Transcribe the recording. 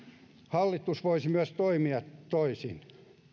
hallitus voisi myös toimia toisin